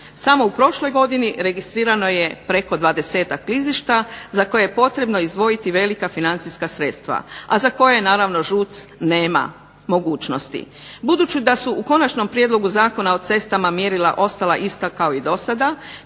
Samo u prošloj godini registrirano je preko 20-tak klizišta za koje je potrebno izdvojiti velika financijska sredstva a za koje ŽUC nema mogućnosti. Budući da su u Konačnom prijedlogu zakona mjerila ostala ista kao i do sada